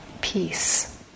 peace